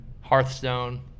Hearthstone